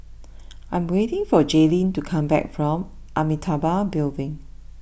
I am waiting for Jaelyn to come back from Amitabha Building